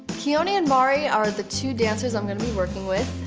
keone and mari are the two dancers i'm gonna be working with.